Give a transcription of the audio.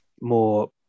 more